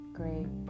great